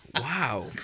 Wow